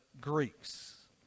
Greeks